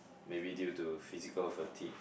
maybe due to physical fatigue